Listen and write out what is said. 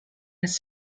has